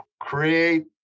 create